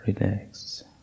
relax